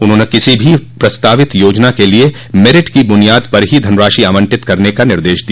उन्होंने किसी भी प्रस्तावित योजना के लिए मेरिट की बुनियाद पर ही धनराशि आवंटित करने का निर्देश दिया